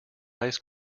ice